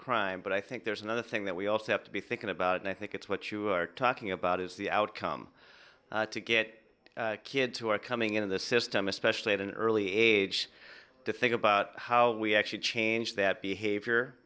crime but i think there's another thing that we also have to be thinking about and i think it's what you are talking about is the outcome to get kids who are coming into the system especially at an early age to think about how we actually change that behavior